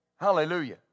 Hallelujah